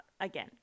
Again